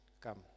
come